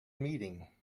meeting